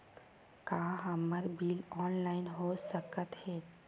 का हमर bill online हो सकत हे?